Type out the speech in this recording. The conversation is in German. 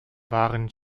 waren